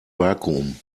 vakuum